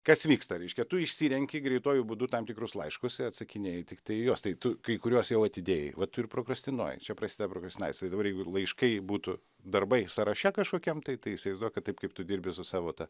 kas vyksta reiškia tu išsirenki greituoju būdu tam tikrus laiškus atsakinėji tiktai į juos tai tu kai kuriuos jau atidėjai va tu ir prokrastinuoji čia prasideda prokrastinacija tai dabar jeigu ir laiškai būtų darbai sąraše kažkokiam tai tai įsivaizduok kad taip kaip tu dirbi su savo ta